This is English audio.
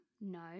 No